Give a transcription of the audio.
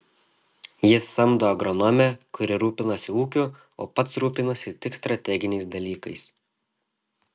jis samdo agronomę kuri rūpinasi ūkiu o pats rūpinasi tik strateginiais dalykais